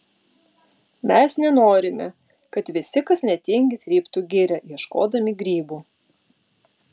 mes nenorime kad visi kas netingi tryptų girią ieškodami grybų